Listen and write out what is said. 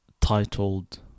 titled